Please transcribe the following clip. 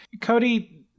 Cody